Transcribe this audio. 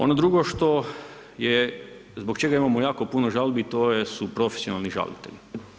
Ono drugo što, zbog čega imamo jako puno žalbi to su profesionalni žalitelji.